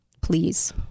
Please